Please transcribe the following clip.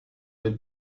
del